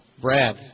Brad